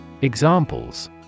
Examples